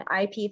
IP